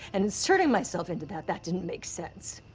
and inserting myself into that that didn't make sense.